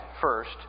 first